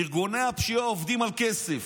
ארגוני הפשיעה עובדים על כסף,